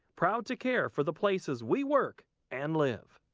proud to care for the places we work and live.